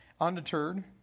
Undeterred